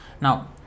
Now